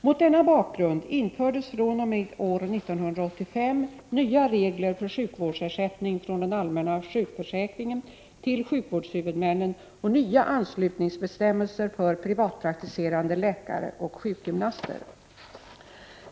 Mot denna bakgrund infördes fr.o.m. 1985 nya regler för sjukvårdsersättning från den allmänna sjukförsäkringen till sjukvårdshuvudmännen och nya anslutningsbestämmelser för privatpraktiserande läkare och sjukgymnaster.